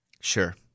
Sure